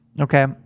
Okay